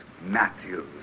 Matthews